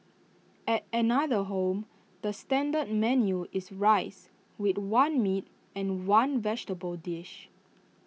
at another home the standard menu is rice with one meat and one vegetable dish